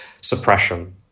suppression